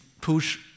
push